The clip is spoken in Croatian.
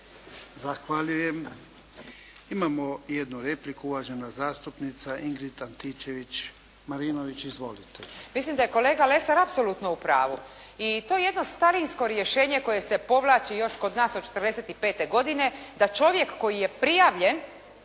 Zahvaljujem. Imamo jednu repliku uvažena zastupnica Ingrid Antičević-Marinović. Izvolite. **Antičević Marinović, Ingrid (SDP)** Mislim da je kolega Lesar apsolutno u pravu i to jedno starinsko rješenje koje se povlači još kod nas od 45. godine da čovjek koji je prijavljena